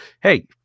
hey